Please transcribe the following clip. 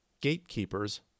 Gatekeepers